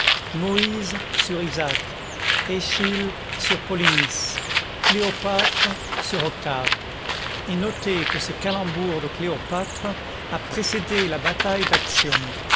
moïse sur isaac eschyle sur polynice cléopâtre sur octave et notez que ce calembour de cléopâtre a précédé la bataille d'actium